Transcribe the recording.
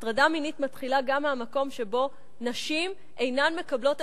הטרדה מינית מתחילה גם מהמקום שבו נשים אינן מקבלות